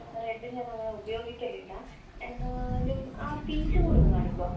red ഞാനങ്ങനെ ഉപയോഗിക്കലില്ല എന്നാലും ആ പീച്ചും കൂടെയൊന്ന് കാണിക്കുവോ